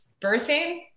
birthing